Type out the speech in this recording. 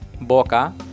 boca